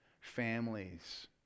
families